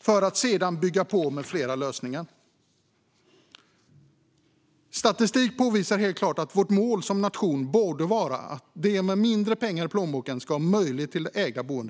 för att sedan bygga på med fler lösningar. Statistik påvisar helt klart att vårt mål som nation borde vara att även de med mindre pengar i plånboken ska ha möjlighet att äga sitt boende.